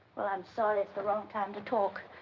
well, i'm sorry. it's the wrong time to talk.